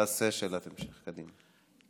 שאלת המשך, קדימה.